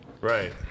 Right